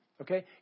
okay